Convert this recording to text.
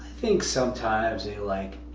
think sometimes they like,